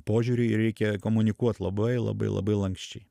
požiūrį ir reikia komunikuot labai labai labai lanksčiai